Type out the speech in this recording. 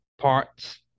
parts